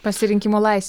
pasirinkimo lais